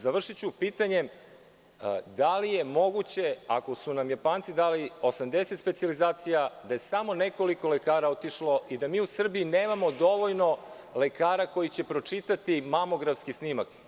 Završiću pitanjem – da li je moguće, ako su nam Japanci dali 80 specijalizacija da je samo nekoliko lekara otišlo i da mi u Srbiji nemamo dovoljno lekara koji će pročitati mamografski snimak.